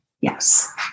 Yes